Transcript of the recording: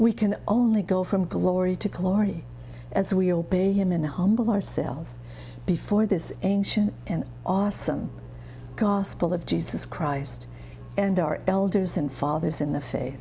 we can only go from glory to glory as we obey him in humble ourselves before this ancient and awesome gospel of jesus christ and our elders and fathers in the face